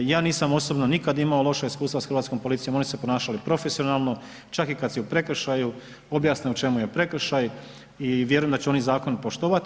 Ja nisam osobno nikad imao loša iskustva sa hrvatskom policijom, oni su se ponašali profesionalno, čak i kad si u prekršaju objasne u čemu je prekršaj i vjerujem da će oni zakon poštovati.